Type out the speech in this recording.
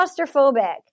claustrophobic